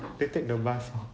take the bus lor